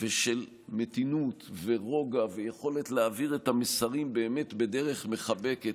ושל מתינות ורוגע ויכולת להעביר את המסרים בדרך מחבקת,